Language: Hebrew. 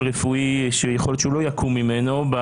רפואי שיכול להיות שהוא לא יקום ממנו.